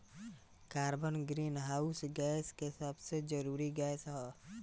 carbon greenhouse गैस के सबसे जरूरी गैस ह